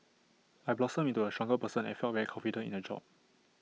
I blossomed into A stronger person and felt very confident in the job